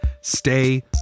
Stay